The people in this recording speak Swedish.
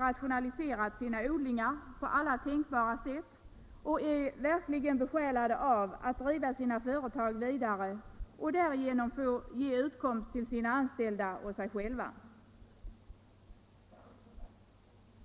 rationalisera sina odlingar på alla tänkbara sätt. De är verkligen besjälade av en önskan att driva sina företag vidare och därigenom ge utkomst åt sina anställda och sig själva.